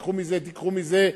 תיקחו מזה,